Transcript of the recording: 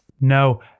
no